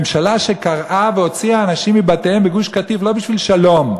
ממשלה שקרעה והוציאה אנשים מבתיהם בגוש-קטיף לא בשביל שלום,